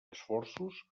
esforços